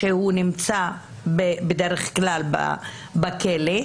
שהוא נמצא בדרך כלל בכלא,